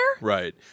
Right